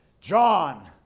john